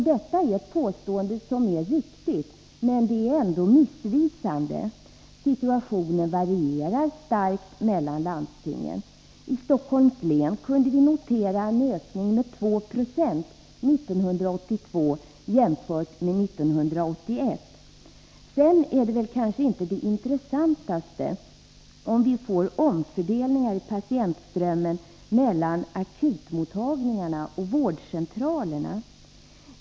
Det är ett påstående som är riktigt men ändå missvisande. Situationen varierar starkt mellan landstingen. I Stockholms län kunde vi notera en ökning med 2 96 år 1982 jämfört med 1981. Sedan är kanske inte det intressantaste att vi får omfördelningar mellan akutmottagningarna och vårdcentralerna.